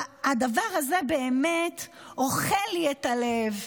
הדבר הזה באמת אוכל לי את הלב.